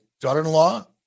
daughter-in-law